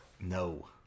No